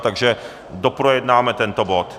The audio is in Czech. Takže doprojednáme tento bod.